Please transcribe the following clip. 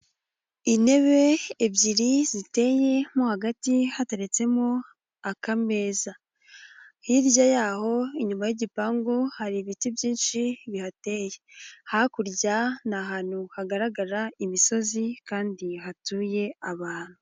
Intebe ebyiri ziteye, mo hagati hateretsemo akameza, hirya y'aho inyuma y'igipangu hari ibiti byinshi bihateye, hakurya ni ahantu hagaragara imisozi kandi hatuye abantu.